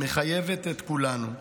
מחייבת את כולנו.